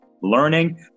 learning